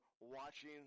watching